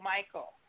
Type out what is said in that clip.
Michael